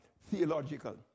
theological